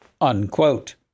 Unquote